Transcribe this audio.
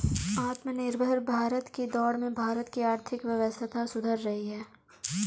आत्मनिर्भर भारत की दौड़ में भारत की आर्थिक व्यवस्था सुधर रही है